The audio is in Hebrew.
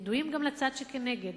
ידועים גם לצד שכנגד.